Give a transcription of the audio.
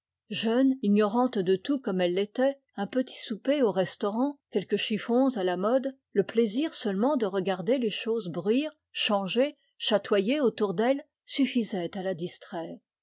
jeune ignorante de tout comme elle l'était un petit souper au restaurant quelques chiffons à la mode le plaisir seulement de regarder les choses bruire changer chatoyer autour d'elle suffisaient à la distraire